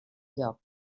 lloc